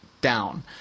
down